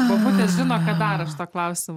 bobutės žino ką daro šituo klausimu